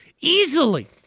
Easily